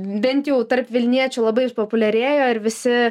bent jau tarp vilniečių labai išpopuliarėjo ir visi